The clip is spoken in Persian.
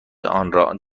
آنرا